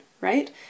right